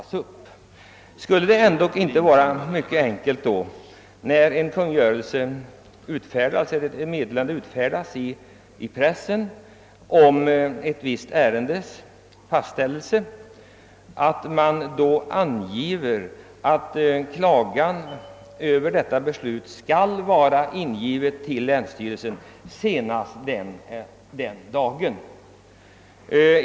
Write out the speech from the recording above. Skulle det inte vara mycket enkelt att, när en kungörelse utfärdas eller ett meddelande införes i pressen om ett visst ärendes fastställelse, samtidigt angiva att klagan över beslutet skall vara ingiven till länsstyrelsen senast en viss dag?